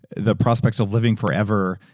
the prospects of living forever,